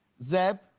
zeb,